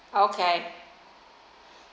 okay